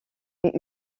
mais